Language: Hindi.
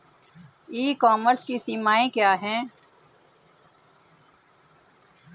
ई कॉमर्स की सीमाएं क्या हैं?